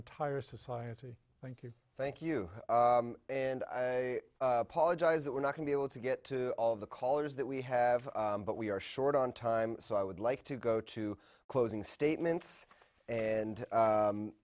entire society thank you thank you and i apologize that we're not going be able to get to all of the callers that we have but we are short on time so i would like to go to closing statements and